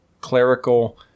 clerical